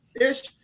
ish